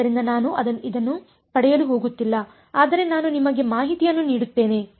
ಆದ್ದರಿಂದ ನಾನು ಇದನ್ನು ಪಡೆಯಲು ಹೋಗುತ್ತಿಲ್ಲ ಆದರೆ ನಾನು ನಿಮಗೆ ಮಾಹಿತಿಯನ್ನು ನೀಡುತ್ತೇನೆ